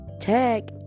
Tag